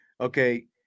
okay